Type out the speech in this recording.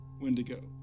Wendigo